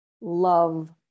love